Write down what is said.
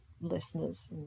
listeners